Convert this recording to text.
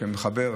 שמחבר,